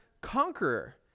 conqueror